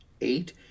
eight